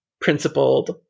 principled